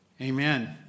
Amen